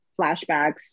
flashbacks